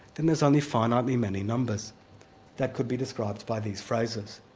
then there's only finitely many numbers that could be described by these phrases.